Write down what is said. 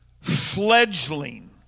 fledgling